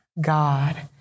God